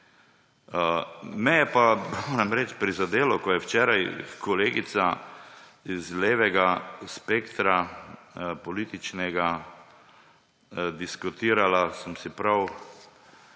Me je pa, moram reči, prizadelo, ko je včeraj kolegica z levega političnega spektra diskutirala, sem si prav